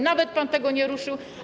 Nawet pan tego nie ruszył.